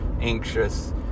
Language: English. anxious